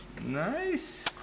Nice